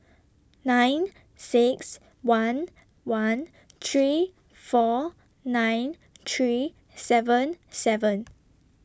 nine six one one three four nine three seven seven